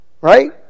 right